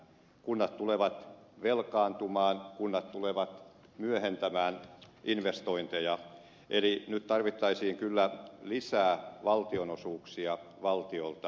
kunnat tulevat velkaantumaan kunnat tulevat myöhentämään investointeja eli nyt tarvittaisiin kyllä lisää valtionosuuksia valtiolta